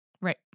Right